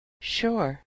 Sure